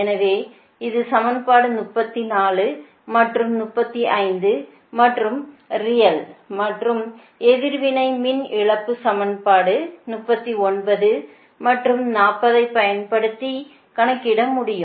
எனவே இது சமன்பாடு 34 மற்றும் 35 மற்றும் ரியல் மற்றும் எதிர்வினை மின் இழப்பு சமன்பாடு 39 மற்றும் 40 ஐப் பயன்படுத்தி கணக்கிட முடியும்